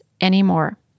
anymore